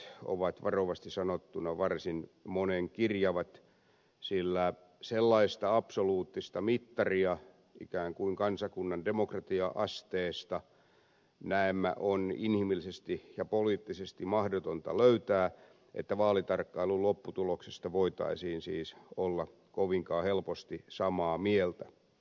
kokemukset ovat varovasti sanottuna varsin monenkirjavat sillä sellaista absoluuttista mittaria ikään kuin kansakunnan demokratia asteesta näemmä on inhimillisesti ja poliittisesti mahdotonta löytää että vaalitarkkailun lopputuloksesta voitaisiin siis olla kovinkaan helposti samaa mieltä